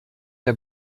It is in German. der